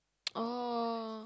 orh